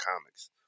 comics